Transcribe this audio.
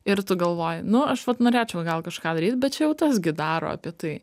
ir tu galvoji nu aš vat norėčiau gal kažką daryt bet čia jau tas gi daro apie tai